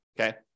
okay